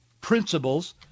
principles